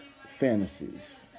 fantasies